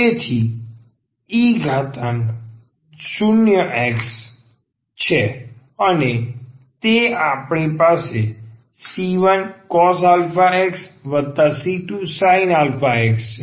તેથી તે e0x છે અને પછી આપણી પાસે c1cos ax c2sin ax છે